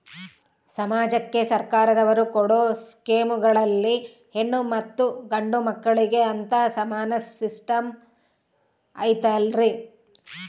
ಸಮಾಜಕ್ಕೆ ಸರ್ಕಾರದವರು ಕೊಡೊ ಸ್ಕೇಮುಗಳಲ್ಲಿ ಹೆಣ್ಣು ಮತ್ತಾ ಗಂಡು ಮಕ್ಕಳಿಗೆ ಅಂತಾ ಸಮಾನ ಸಿಸ್ಟಮ್ ಐತಲ್ರಿ?